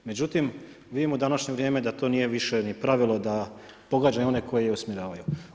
Međutim, vidimo u današnje vrijeme da to nije više ni pravilo da pogađa i one koji je usmjeravaju.